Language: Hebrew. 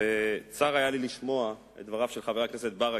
צר היה לי לשמוע את דבריו של חבר הכנסת ברכה,